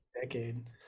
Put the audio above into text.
decade